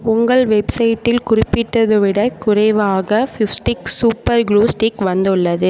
உங்கள் வெப்சைட்டில் குறிப்பிட்டுள்ளதை விடக் குறைவாக ஃபெவிஸ்டிக் சூப்பர் க்ளூ ஸ்டிக் வந்துள்ளது